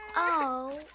oh,